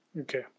Okay